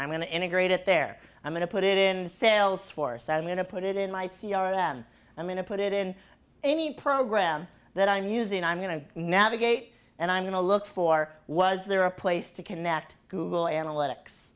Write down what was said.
i'm going to integrate it there i'm going to put it in the sales force i'm going to put it in my c r m i'm going to put it in any program that i'm using i'm going to navigate and i'm going to look for was there a place to connect google analytics